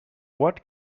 what